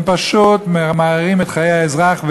הם פשוט ממררים את חיי האזרח,